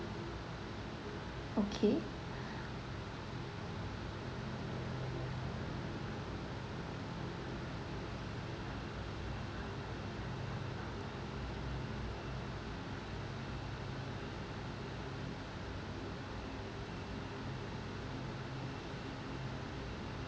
okay